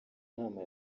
nama